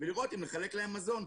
ולראות אם לחלק להם מזון,